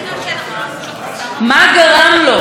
כשרק שבועיים לפני זה הוא כתב לה בדף הפייסבוק